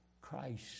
Christ